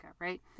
right